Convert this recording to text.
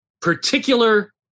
particular